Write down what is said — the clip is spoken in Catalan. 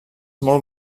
molt